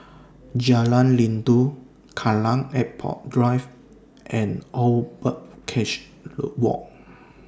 Jalan Rindu Kallang Airport Drive and Old Birdcage Low Walk